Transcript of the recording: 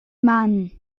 mann